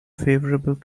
favourable